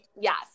Yes